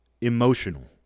emotional